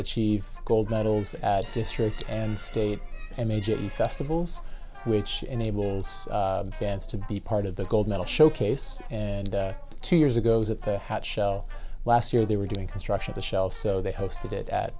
achieve gold medals at district and state and major in festivals which enables bands to be part of the gold medal showcase and two years ago was at the hot shell last year they were doing construction the shell so they hosted it at